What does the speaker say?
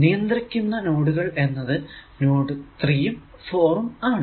നിയന്ത്രിക്കുന്ന നോഡുകൾ എന്നത് നോഡ് 3 ഉം 4 ഉം ആണ്